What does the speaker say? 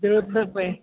ॿियो थो पए